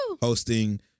hosting